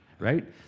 right